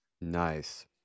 nice